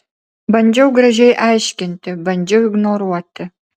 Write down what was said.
bandžiau gražiai aiškinti bandžiau ignoruoti